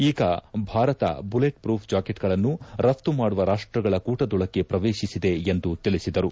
ಈಗ Bharat bulletproof ಜಾಕೆಟ್ಗಳನ್ನು ರಫ್ತು ಮಾಡುವ ರಾಷ್ಟಗಳ ಕೂಟದೊಳಕ್ಕೆ ಪ್ರವೇಶಿಸಿದೆ ಎಂದು ತಿಳಿಸಿದರು